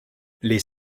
les